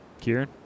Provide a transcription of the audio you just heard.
Kieran